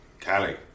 Callie